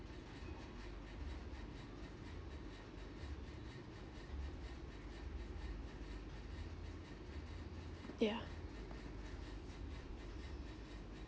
yeah